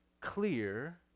clear